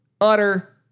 utter